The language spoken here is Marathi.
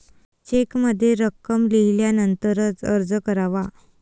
चेकमध्ये रक्कम लिहिल्यानंतरच अर्ज करावा